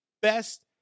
best